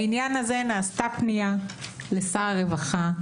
לעניין הזה נעשתה פנייה לשר הרווחה,